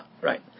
right